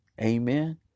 Amen